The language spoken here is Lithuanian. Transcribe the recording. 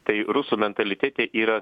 tai rusų mentalitete yra